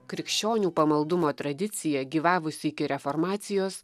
krikščionių pamaldumo tradicija gyvavusi iki reformacijos